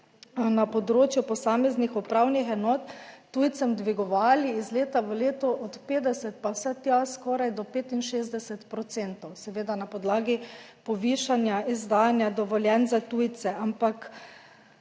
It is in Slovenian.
na področju posameznih upravnih enot tujcem dvigovali iz leta v leto od 50 pa vse tja skoraj do 65 %, seveda na podlagi povišanja izdajanja dovoljenj za tujce. Ampak